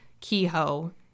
Kehoe